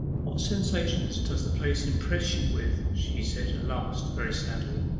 sensations does the place impress you with she said at last, very sadly.